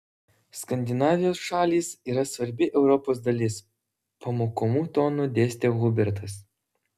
skandinavijos šalys yra svarbi europos dalis pamokomu tonu dėstė hubertas